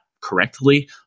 correctly